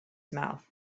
mouth